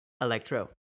Electro